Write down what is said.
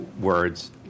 words